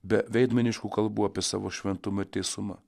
be veidmainiškų kalbų apie savo šventumą ir teisumą